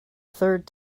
third